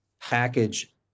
package